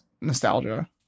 nostalgia